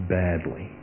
badly